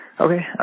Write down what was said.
Okay